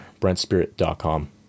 brentspirit.com